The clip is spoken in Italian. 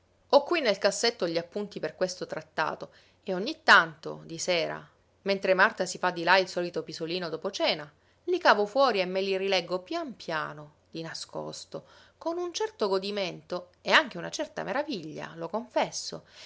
ho qui nel cassetto gli appunti per questo trattato e ogni tanto di sera mentre marta si fa di là il solito pisolino dopo cena li cavo fuori e me li rileggo pian piano di nascosto con un certo godimento e anche una certa meraviglia lo confesso